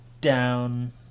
down